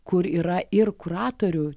kur yra ir kuratorių